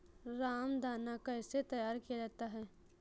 रामदाना कैसे तैयार किया जाता है?